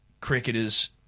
cricketers